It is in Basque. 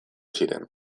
ziren